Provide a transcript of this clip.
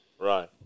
Right